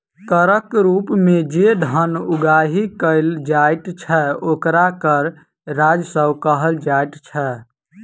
करक रूप मे जे धन उगाही कयल जाइत छै, ओकरा कर राजस्व कहल जाइत छै